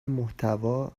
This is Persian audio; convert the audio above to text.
محتوا